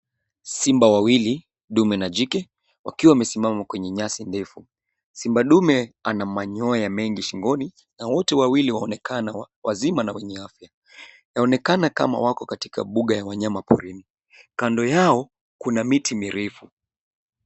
Simba wawili, ndume na jike, wakiwa wamesimama kwenye nyasi ndefu. Simba ndume ana manyoya mengi shingoni, na wote wawili waonekana wazima na wenye afya. Yaonekana kama wako katika mbuga ya wanyama porini. Kando yao kuna miti mirefu.